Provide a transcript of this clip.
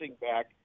back